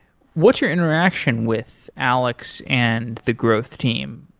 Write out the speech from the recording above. what's your interaction with alex and the growth team?